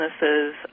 businesses